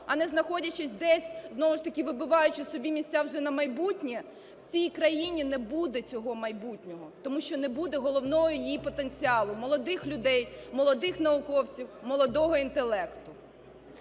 а не знаходячись десь, знову ж таки вибиваючи собі місця вже на майбутнє, в цій країні не буде цього майбутнього, тому що не буде головного її потенціалу – молодих людей, молодих науковців, молодого інтелекту.